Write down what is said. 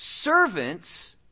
servants